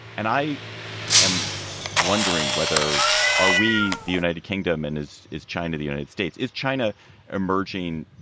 and i am wondering whether are we the united kingdom and is is china the united states, is china emerging?